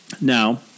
Now